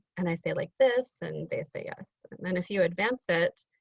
and i say like this and they say yes. and then if you advance it,